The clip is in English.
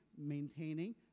maintaining